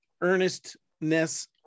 earnestness